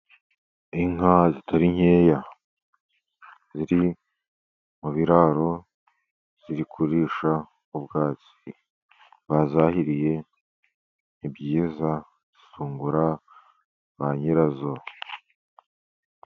Inka zitari nkeya ziri mu biraro, ziri kurisha ubwatsi bazahiriye, ni byiza, bizungura ba nyirazo.